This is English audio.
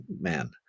man